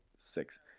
Six